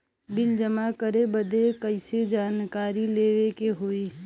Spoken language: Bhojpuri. बिल जमा करे बदी कैसे जानकारी लेवे के होई?